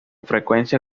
frecuencia